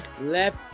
left